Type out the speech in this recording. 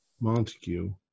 Montague